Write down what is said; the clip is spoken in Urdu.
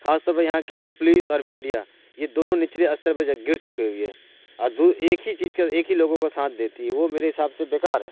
خاص طور پر یہاں کی پولیس اور میڈیا یہ دونوں نچلے استر پہ جو ہے گر چکے ہوئے اور دو ایک ہی چیج کا ایک ہی لوگوں کا ساتھ دیتی ہے وہ میرے حساب سے بیکار ہے